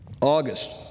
August